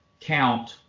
count